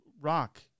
rock